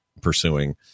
pursuing